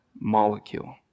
molecule